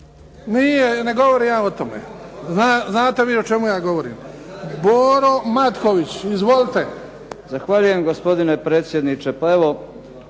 Nije ne govorim ja o tome. Znate vi o čemu ja govorim. Boro Matković. Izvolite. **Matković, Borislav (HDZ)** Zahvaljujem gospodine predsjedniče. Pa evo